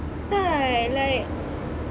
kan like